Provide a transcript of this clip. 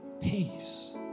peace